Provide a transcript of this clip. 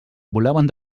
volaven